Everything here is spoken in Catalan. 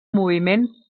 moviment